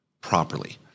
properly